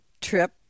trip